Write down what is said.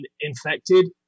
infected